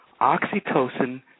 Oxytocin